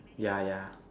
yeah yeah